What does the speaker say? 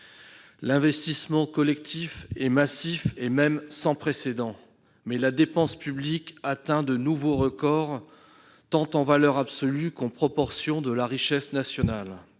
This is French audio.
L'investissement collectif est massif et même sans précédent, mais la dépense publique atteint de nouveaux records, tant en valeur absolue qu'en proportion de la richesse nationale,